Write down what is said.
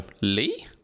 Lee